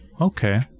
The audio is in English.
Okay